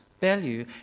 value